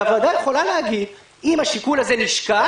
הוועדה יכולה להגיד: אם השיקול הזה נשקל